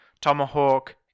tomahawk